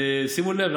שימו לב,